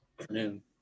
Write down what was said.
afternoon